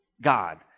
God